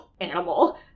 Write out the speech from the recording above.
animal